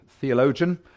theologian